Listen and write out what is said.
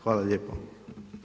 Hvala lijepo.